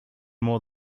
more